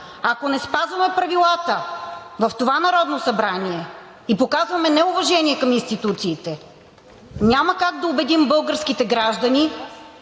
Ако не спазваме правилата в това Народно събрание и показваме неуважение към институциите, няма как да убедим българските граждани,